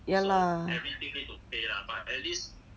ya lah